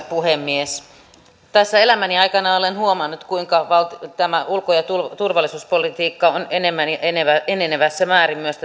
puhemies tässä elämäni aikana olen huomannut kuinka ulko ja turvallisuuspolitiikka on enenevässä määrin myös